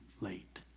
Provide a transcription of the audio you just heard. late